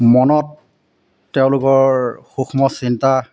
মনত তেওঁলোকৰ সূক্ষ্ম চিন্তা